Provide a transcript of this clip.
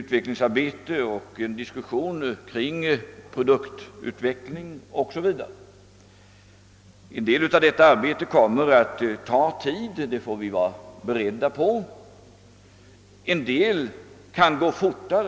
utvecklingsarbete och en diskussion kring produktutveckling o. d. har också startats. En del av detta arbete kommer att ta tid — det får vi vara beredda på — och en del kan gå fortare.